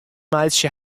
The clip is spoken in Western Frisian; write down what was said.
meitsje